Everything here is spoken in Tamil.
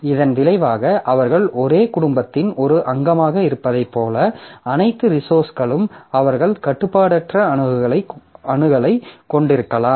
இதன் விளைவாக அவர்கள் ஒரே குடும்பத்தின் ஒரு அங்கமாக இருப்பதைப் போல அனைத்து ரிசோர்ஸ்களுக்கும் அவர்கள் கட்டுப்பாடற்ற அணுகலைக் கொண்டிருக்கலாம்